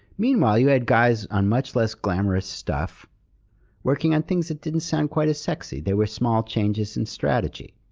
meanwhile, you had guys on much less glamorous stuff working on things that didn't sound quite as sexy. they were small changes in strategy,